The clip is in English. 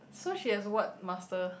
so she has what master